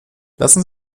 lassen